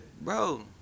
Bro